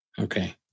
Okay